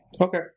Okay